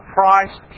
Christ